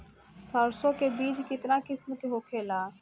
सरसो के बिज कितना किस्म के होखे ला?